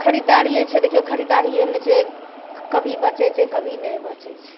खरीदारीये छै देखियौ खरीदारीयेमे छै कभी बचै छै कभी नहि बचै छै